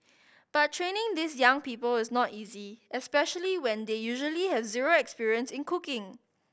but training these young people is not easy especially when they usually have zero experience in cooking